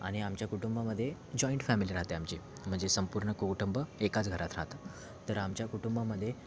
आणि आमच्या कुटुंबामध्ये जॉइंट फॅमिली राहते आमची म्हणजे संपूर्ण कुटुंब एकाच घरात राहतं तर आमच्या कुटुंबामध्ये